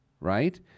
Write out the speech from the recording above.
right